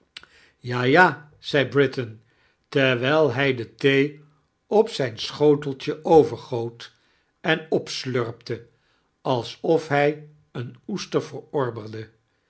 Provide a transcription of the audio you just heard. ja ja zed britain terwijl hij de thee op zdjn schioteltje ovexgoot en opslurpte alsof hij een oester verorbeide